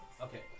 Okay